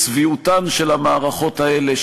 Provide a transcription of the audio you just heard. צביעותן של המערכות האלה,